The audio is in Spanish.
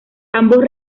ambos